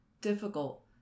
difficult